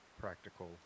practical